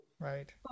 Right